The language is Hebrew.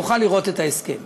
אוכל לראות את ההסכם.